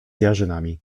jarzynami